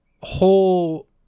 whole